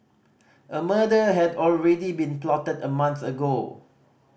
a murder had already been plotted a month ago